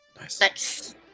Nice